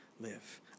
live